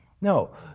no